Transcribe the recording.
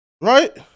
Right